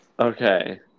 Okay